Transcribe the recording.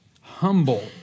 humble